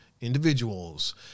individuals